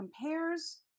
compares